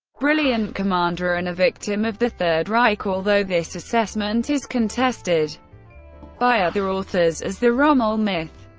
brilliant commander and a victim of the third reich although this assessment is contested by other authors as the rommel myth.